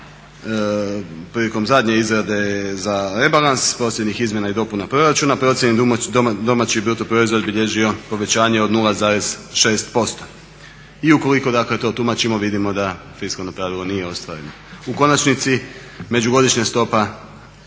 prilikom zadnje izrade za rebalans posljednjih izmjena i dopuna proračuna, procijenjen domaći brutoproizvod bilježio povećanje od 0,6%. I ukoliko dakle to tumačimo vidimo da fiskalno pravilo nije ostvareno. U konačnici međugodišnja stopa